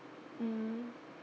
mm